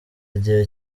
igihe